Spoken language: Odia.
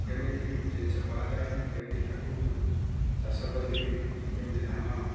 କେମିତି ଜିନିଷ କରାଯାଏ କେମିତି ତାକୁ ଚାଷ କରିକିରି କେମିତି ଧାନ